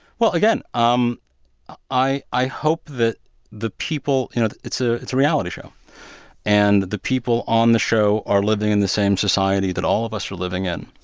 well, again, um ah i i hope that the people you know, it's a reality show and the people on the show are living in the same society that all of us are living in.